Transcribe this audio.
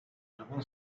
algún